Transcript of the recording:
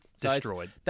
Destroyed